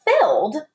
filled